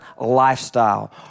lifestyle